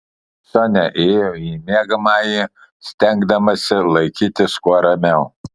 sonia įėjo į miegamąjį stengdamasi laikytis kuo ramiau